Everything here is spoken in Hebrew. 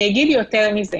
ואני אגיד יותר מזה: